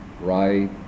right